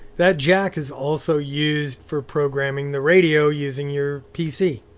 that jack is also used for programming the radio using your pc.